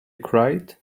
cried